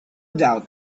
doubt